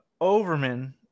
overman